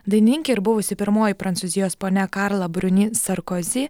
dainininkė ir buvusi pirmoji prancūzijos ponia karla bruni sarkozi